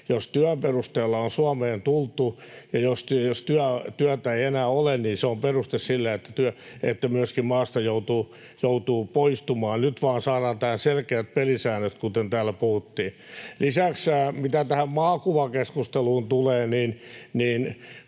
jos työn perusteella on Suomeen tultu ja jos työtä ei enää ole, niin se on peruste sille, että myöskin maasta joutuu poistumaan. Nyt vaan saadaan tähän selkeät pelisäännöt, kuten täällä puhuttiin. Lisäksi, mitä tähän maakuvakeskusteluun tulee, niin